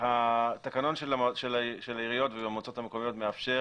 התקנון של העיריות והמועצות המקומיות מאפשר